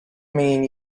mean